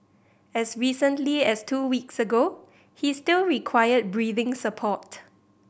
as recently as two weeks ago he still required breathing support